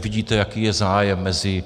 Vidíte, jaký je zájem mezi...